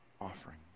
offering